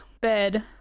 bed